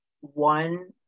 one